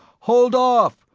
hold off!